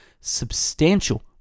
substantial